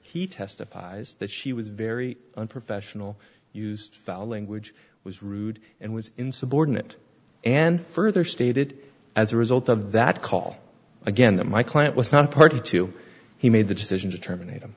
he testifies that she was very unprofessional used foul language was rude and was insubordinate and further stated as a result of that call again that my client was not party to he made the decision to terminate